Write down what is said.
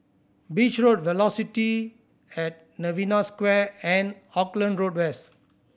Beach Road Velocity at Novena Square and Auckland Road West